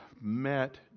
met